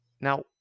Now